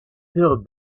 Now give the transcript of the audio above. filled